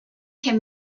can